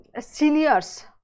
seniors